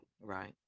Right